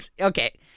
Okay